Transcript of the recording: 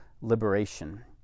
liberation